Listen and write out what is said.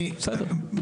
בסדר.